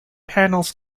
panels